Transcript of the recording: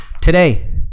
today